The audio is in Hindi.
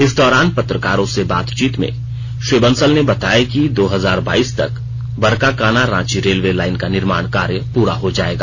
इस दौरान पत्रकारों से बातचीत में श्री बंसल ने बताया कि दो हजार बाईस तक बरकाकाना रांची रेलवे लाईन का निर्माण कार्य पूरा हो जएगा